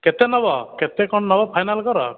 କେତେ ନେବ କେତେ କ'ଣ ନେବ ଫାଇନାଲ୍ କର